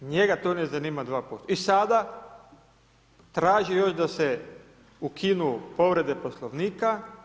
Njega to ne zanima 2% i sada traži još da se ukinu povrede Poslovnika.